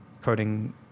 coding